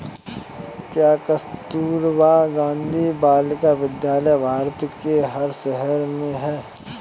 क्या कस्तूरबा गांधी बालिका विद्यालय भारत के हर शहर में है?